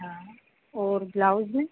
हाँ और ब्लाउज में